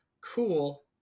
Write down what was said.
cool